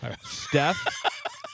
Steph